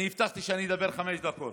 אני הבטחתי שאני אדבר חמש דקות,